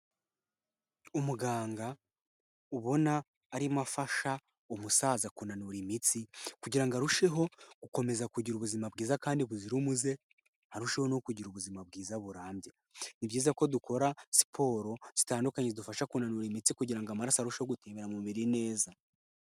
Umuganga ubona arimo afasha umusaza kunanura imitsi kugira ngo arusheho gukomeza kugira ubuzima bwiza kandi buzira umuze arusheho no kugira ubuzima bwiza burambye, ni byiza ko dukora siporo zitandukanye zidufasha kunanura imitsi kugira ngo amaraso arusheho gutembera mu mubiri neza.